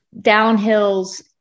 downhills